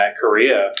Korea